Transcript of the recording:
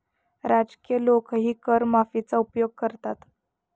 राजकीय लोकही कर माफीचा उपयोग करतात